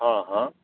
हँ हँ